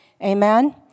Amen